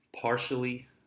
Partially